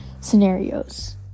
scenarios